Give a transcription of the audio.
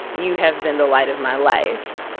you have been the light of my life.